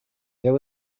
there